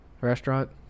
Restaurant